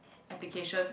application